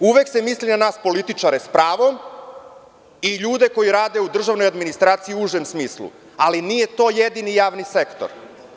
Uvek se misli na nas političare, sa pravom, i ljude koji rade u državnoj administraciji, u užem smislu, ali nije to jedini javni sektor.